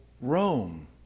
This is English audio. Rome